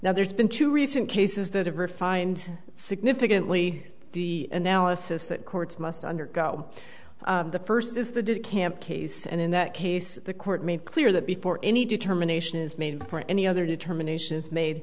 now there's been two recent cases that have refined significantly the analysis that courts must undergo the first is the de camp case and in that case the court made clear that before any determination is made or any other determinations made